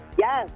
Yes